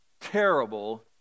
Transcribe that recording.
terrible